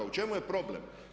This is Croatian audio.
U čemu je problem?